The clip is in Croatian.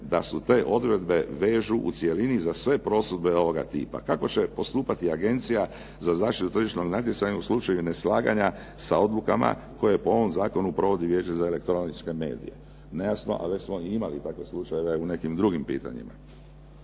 da se te odredbe vežu u cjelini za sve prosudbe ovoga tipa. Kako će postupati Agencija za zaštitu tržišnog natjecanja u slučaju neslaganja sa odlukama koje po ovom zakonu provodi Vijeće za elektroničke medije? Nejasno. Ali smo već imali takve slučajeve u nekim drugim pitanjima.